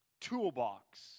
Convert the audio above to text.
toolbox